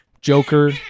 Joker